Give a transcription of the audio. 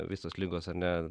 visos ligos ar ne